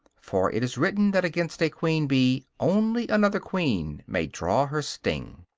for it is written that against a queen-bee only another queen may draw her sting.